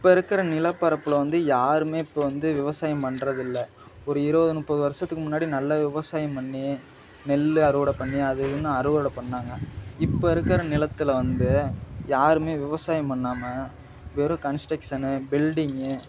இப்போ இருக்கிற நிலப்பரப்பில் வந்து யாருமே இப்போ வந்து விவசாயம் பண்றதில்லை ஒரு இருபது நமுப்பது வருடத்துக்கு முன்னாடி நல்ல விவசாயம் பண்ணி நெல் அறுவடை பண்ணி அது இன்னும் அறுவடை பண்ணாங்கள் இப்போ இருக்கிற நிலத்தில் வந்து யாருமே விவசாயம் பண்ணாமல் வெறும் கன்ஸ்ட்ரக்ஷனு பில்டிங்கு